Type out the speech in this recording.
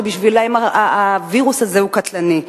שבשבילם הווירוס הזה הוא קטלני.